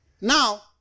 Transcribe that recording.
Now